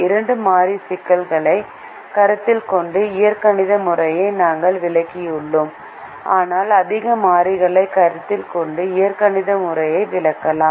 இரண்டு மாறி சிக்கலைக் கருத்தில் கொண்டு இயற்கணித முறையை நாங்கள் விளக்கியுள்ளோம் ஆனால் அதிக மாறிகளைக் கருத்தில் கொண்டு இயற்கணித முறையையும் விளக்கலாம்